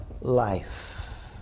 life